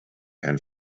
and